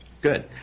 good